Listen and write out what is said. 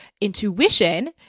intuition